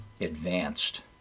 advanced